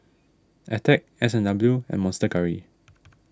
Attack S and W and Monster Curry